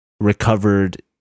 recovered